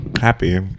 Happy